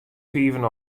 fiven